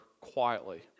quietly